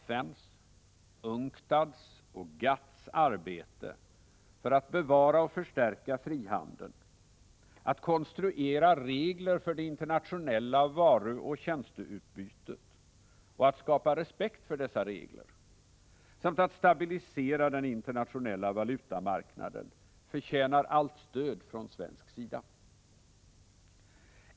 FN:s, UNCTAD:s och GATT:s arbete för att bevara och förstärka frihandeln, att konstruera regler för det internationella varuoch tjänsteutbytet och skapa respekt för dessa regler samt att stabilisera den internationella valutamarknaden förtjänar allt stöd från svensk sida.